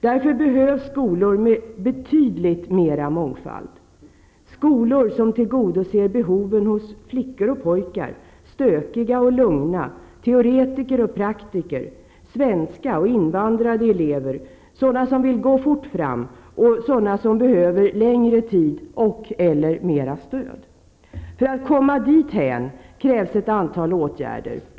Därför behövs skolor med betydligt mer mångfald, skolor som tillgodoser behoven hos flickor och pojkar, stökiga och lugna, teoretiker och praktiker, svenska och invandrade elever, sådana som vill gå fort fram och sådana som behöver längre tid och/eller mer stöd. För att komma dithän krävs ett antal åtgärder.